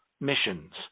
missions